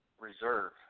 reserve